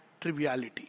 triviality